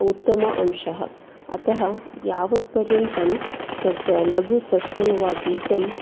उत्तम अंशः अतः यावत्पर्यन्तं तद् लगु सस्यं वा बीजं